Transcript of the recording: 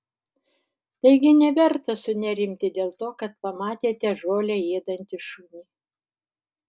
taigi neverta sunerimti dėl to kad pamatėte žolę ėdantį šunį